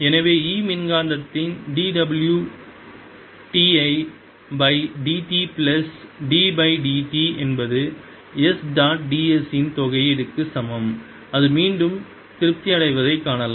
எனவே E மின்காந்தத்தின் d w t by d t plus d by d t என்பது S dot ds இன் தொகையீடு க்கு சமம் அது மீண்டும் திருப்தி அடைவதைக் காணலாம்